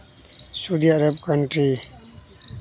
ᱥᱳᱫᱤ Arab country